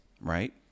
Right